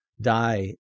die